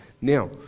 Now